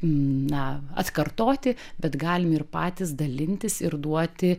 na atkartoti bet galim ir patys dalintis ir duoti